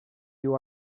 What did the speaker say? you